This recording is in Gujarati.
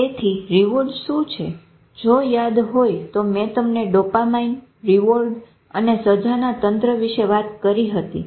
તેથી રીવોર્ડ શું છે જો યાદ હોય તો મેં તમને ડોપામાઈન અને રીવોર્ડ અને સજાના તંત્ર વિશે વાત કરી હતી